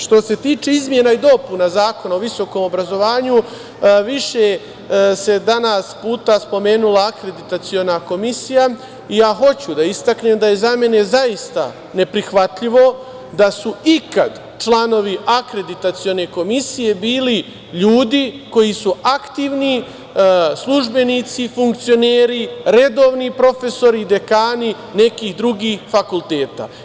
Što se tiče izmena i dopuna Zakona o visokom obrazovanju, više se danas puta spomenula Akreditaciona komisija i ja hoću da istaknem da je za mene zaista neprihvatljivo da su ikad članovi Akreditacione komisije bili ljudi koji su aktivni službenici, funkcioneri, redovni profesori, dekani nekih drugih fakulteta.